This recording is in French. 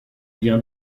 bien